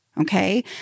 Okay